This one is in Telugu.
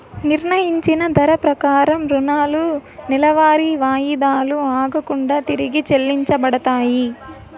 నిర్ణయించిన ధర ప్రకారం రుణాలు నెలవారీ వాయిదాలు ఆగకుండా తిరిగి చెల్లించబడతాయి